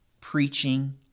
preaching